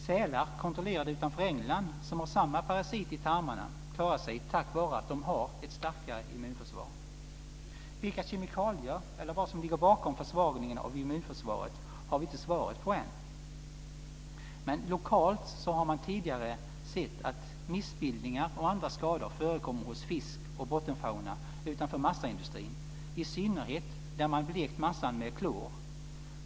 Sälar kontrollerade utanför England som har samma parasit i tarmarna klarar sig tack vare att de har ett starkare immunförsvar. Vilka kemikalier eller vad övrigt som ligger bakom försvagningen av immunförsvaret har vi inte svaret på än. Men lokalt har man tidigare sett att missbildningar och andra skador förekommit hos fisk och bottenfauna utanför massaindustrin, i synnerhet där man blekt massan med klor.